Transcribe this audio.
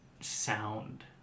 Sound